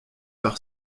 par